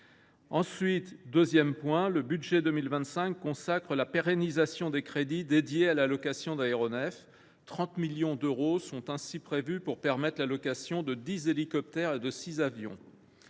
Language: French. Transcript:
Ensuite, le budget pour 2025 consacre la pérennisation de crédits dédiés à la location d’aéronefs : 30 millions d’euros sont ainsi prévus pour permettre la location de 10 hélicoptères et de 6 avions.